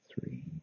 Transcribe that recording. three